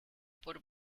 por